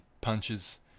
punches